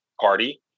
party